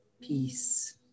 peace